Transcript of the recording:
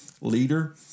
leader